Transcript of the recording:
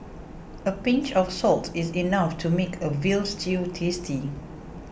a pinch of salt is enough to make a Veal Stew tasty